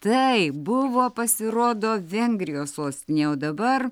taip buvo pasirodo vengrijos sostinė o dabar